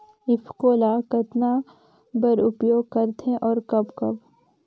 ईफको ल कतना बर उपयोग करथे और कब कब?